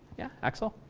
yeah? axel?